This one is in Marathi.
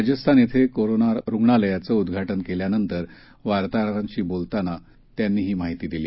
राजस्थान इथं कोरोना रुग्णालयाचं उद्घाटन केल्यानंतर वार्ताहरांशी बोलताना त्यांनी ही माहिती दिली